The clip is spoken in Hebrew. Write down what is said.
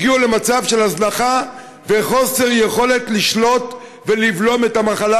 הגיעו למצב של הזנחה וחוסר יכולת לשלוט במחלה ולבלום אותה,